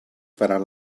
faran